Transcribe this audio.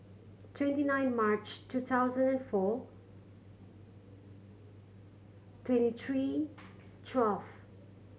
twenty nine March two thousand and four twenty three twelve